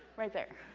right there.